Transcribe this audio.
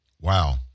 Wow